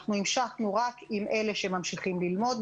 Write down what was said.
המשכנו רק עם אלה שממשיכים ללמוד.